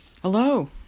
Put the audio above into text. Hello